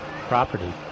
property